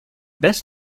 best